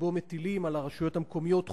שבו מטילים על הרשויות המקומיות חובות,